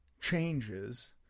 changes